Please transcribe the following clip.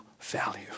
value